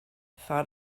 thought